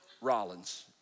Rollins